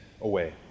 away